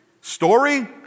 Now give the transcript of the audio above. Story